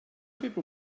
people